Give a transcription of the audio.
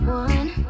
one